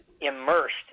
immersed